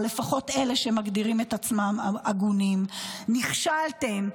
או לפחות אלה שמגדירים את עצמם הגונים: נכשלתם.